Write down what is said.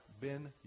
ben